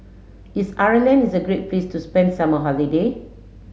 is Ireland is a great place to spend summer holiday